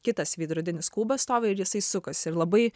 kitas veidrodinis kubas stovi ir jisai sukasi ir labai